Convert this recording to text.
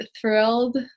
thrilled